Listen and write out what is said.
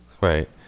Right